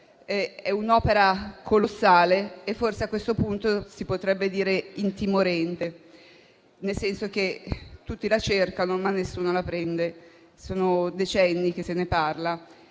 È un'opera colossale e forse a questo punto si potrebbe dire intimorente, nel senso che tutti la cercano, ma nessuno la prende; sono decenni che se ne parla.